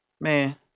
Man